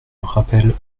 rappel